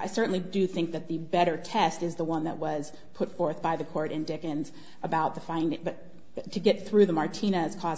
i certainly do think that the better test is the one that was put forth by the court in dickens about the find it but to get through the martinez